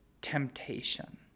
temptation